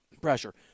pressure